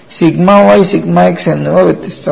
sigma y sigma x എന്നിവ വ്യത്യസ്തമാണ്